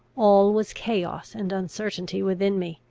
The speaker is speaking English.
all was chaos and uncertainty within me.